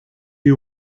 you